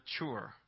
mature